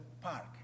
Park